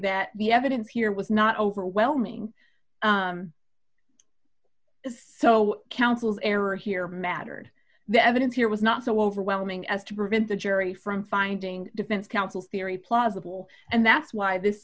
that the evidence here was not overwhelming it's so counsel's error here mattered the evidence here was not so overwhelming as to prevent the jury from finding defense counsel's theory plausible and that's why this